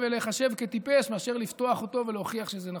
ולהיחשב לטיפש מאשר לפתוח אותו ולהוכיח שזה נכון.